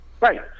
Right